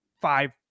five